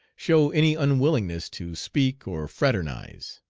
show any unwillingness to speak or fraternize.